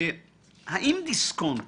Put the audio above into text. האם דיסקונט